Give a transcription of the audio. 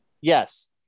Yes